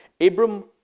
Abram